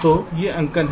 तो ये अंकन हैं